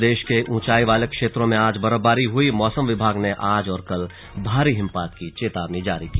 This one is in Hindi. प्रदेश के ऊंचाई वाले क्षेत्रों में आज बर्फबारी हुईमौसम विभाग ने आज और कल भारी हिमपात की चेतावनी जारी की